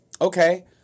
okay